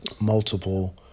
multiple